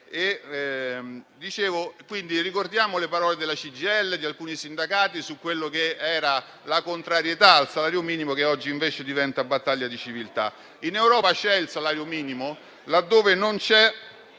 ricordiamo le parole della CGIL e di alcuni sindacati sulla contrarietà al salario minimo, che oggi invece diventa battaglia di civiltà. In Europa c'è il salario minimo laddove non c'è